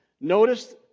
Notice